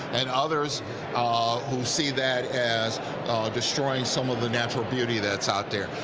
and others ah who see that as destroying some of the natural beauty that's out there.